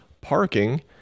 parking